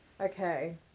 Okay